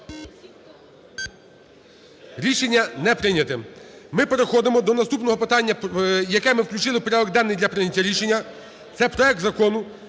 Рішення не прийняте. Ми переходимо до наступного питання, яке ми включили в порядок денний для прийняття рішення. Це проект Закону